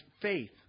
faith